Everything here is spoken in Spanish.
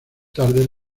tarde